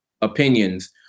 opinions